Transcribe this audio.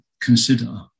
consider